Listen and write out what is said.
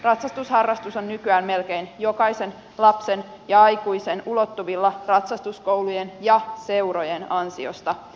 ratsastusharrastus on nykyään melkein jokaisen lapsen ja aikuisen ulottuvilla ratsastuskoulujen ja seurojen ansiosta